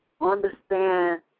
Understand